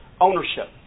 ownership